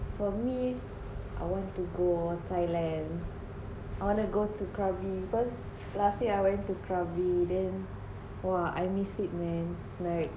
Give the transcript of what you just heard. for me I want to go thailand I want to go to krabi first last year I went to krabi then !wah! I miss it men like